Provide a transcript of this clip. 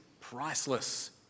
priceless